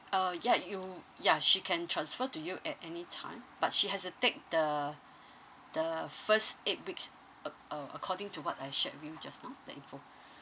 uh ya you ya she can transfer to you at anytime but she has to take the the first eight weeks acc~ uh according to what I shared with you just now the info